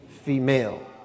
female